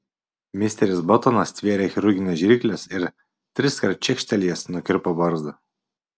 misteris batonas stvėrė chirurgines žirkles ir triskart čekštelėjęs nukirpo barzdą